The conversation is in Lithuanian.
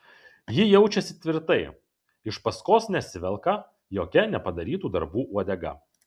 ji jaučiasi tvirtai iš paskos nesivelka jokia nepadarytų darbų uodega